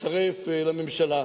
להצטרף לממשלה,